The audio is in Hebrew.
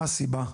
מה הסיבה?